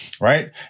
Right